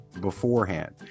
beforehand